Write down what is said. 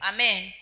Amen